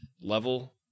level